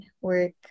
work